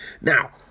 Now